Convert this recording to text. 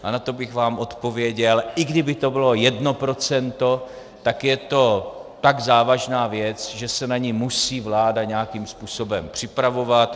A na to bych vám odpověděl, i kdyby to bylo jedno procento, tak je to tak závažná věc, že se na ni musí vláda nějakým způsobem připravovat.